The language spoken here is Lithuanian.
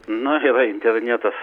na yra internetas